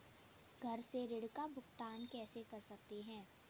घर से ऋण का भुगतान कैसे कर सकते हैं?